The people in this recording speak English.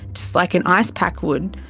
just like an ice pack would.